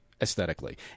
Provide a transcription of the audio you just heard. aesthetically